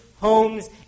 homes